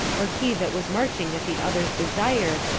or he that was marching at the other's desire,